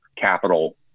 capital